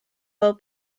fel